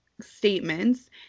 statements